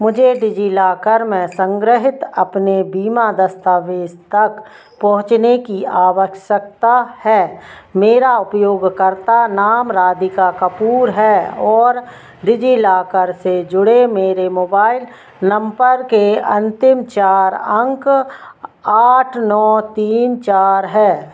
मुझे डिजिलॉकर में संग्रहित अपने बीमा दस्तावेज़ तक पहुँचने की आवश्यकता है मेरा उपयोगकर्ता नाम राधिका कपूर है और डिजिलॉकर से जुड़े मेरे मोबाइल नम्बर के अन्तिम चार अंक आठ नौ तीन चार है